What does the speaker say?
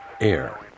air